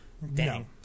no